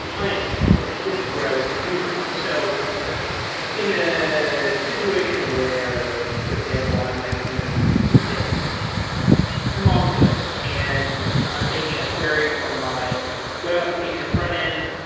i understand. okay. this is what i was confused by. so in an ah situation where, for example, i might be using mongo and i'm making a query from my web application frontend.